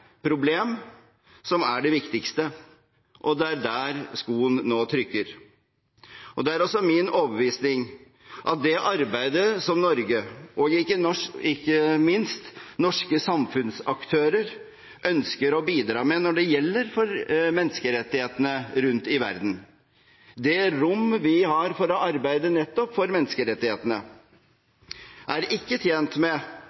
problem som er det viktigste, og det er der skoen nå trykker. Det er også min overbevisning at det arbeidet som Norge og ikke minst norske samfunnsaktører ønsker å bidra med når det gjelder menneskerettighetene rundt i verden, det rom vi har for å arbeide nettopp for menneskerettighetene, ikke er tjent med